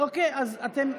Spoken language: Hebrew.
קטי?